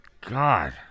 God